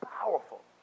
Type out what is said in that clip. powerful